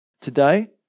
Today